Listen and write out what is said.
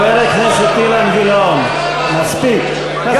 חבר הכנסת אילן גילאון, מספיק, מספיק.